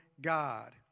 God